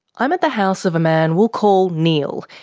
i'm at the house of a man we'll call neil,